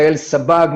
יעל סבג,